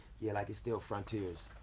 yeah, like there's still frontiers